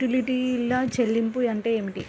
యుటిలిటీల చెల్లింపు అంటే ఏమిటి?